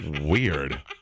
Weird